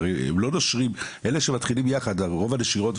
רוב הנשירות,